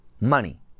Money